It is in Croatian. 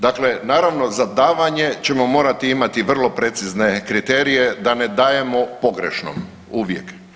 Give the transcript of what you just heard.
Dakle, naravno za davanje ćemo morati imati vrlo precizne kriterije, da ne dajemo pogrešnom, uvijek.